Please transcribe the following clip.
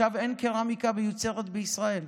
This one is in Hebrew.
אין קרמיקה שמיוצרת בישראל.